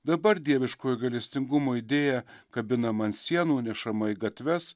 dabar dieviškojo gailestingumo idėja kabinama ant sienų nešama į gatves